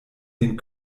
den